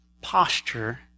posture